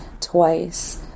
twice